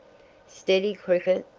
steady, cricket!